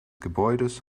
gebäudes